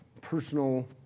personal